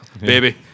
Baby